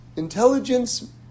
Intelligence